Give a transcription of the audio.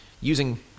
using